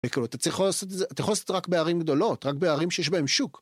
וכאילו, אתה צריך לעשות, אתה יכול לעשות את זה רק בערים גדולות, רק בערים שיש בהם שוק.